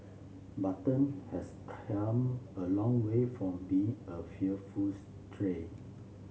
button has come a long way from being a fearful stray